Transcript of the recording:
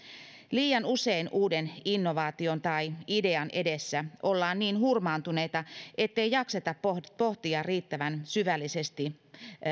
liian usein uuden innovaation tai idean edessä ollaan niin hurmaantuneita ettei jakseta pohtia pohtia riittävän syvällisesti